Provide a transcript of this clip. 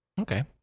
Okay